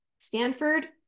Stanford